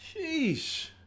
Sheesh